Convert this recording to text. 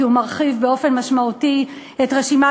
כי הוא מרחיב באופן משמעותי את רשימת